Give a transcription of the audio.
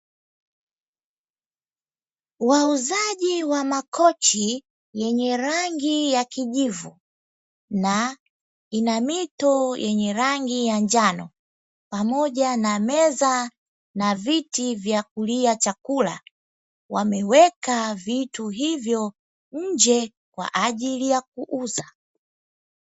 Wauzaji wa makochi yenye rangi ya kijivu, na ina mito yenye rangi ya njano, pamoja na meza na viti vya kulia chakula, wameweka vitu hivyo nje kwa ajili ya kuuza.